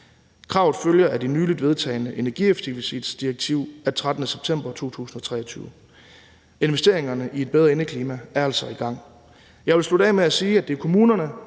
Kravet følger af det nyligt vedtagne energieffektiviseringsdirektiv af 13. december 2023. Investeringerne i et bedre indeklima er altså i gang. Jeg vil slutte af med at sige, at det er kommunerne,